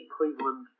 Cleveland